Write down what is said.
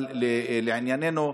אבל לענייננו,